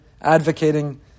advocating